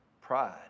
Pride